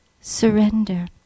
surrender